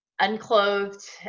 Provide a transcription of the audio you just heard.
unclothed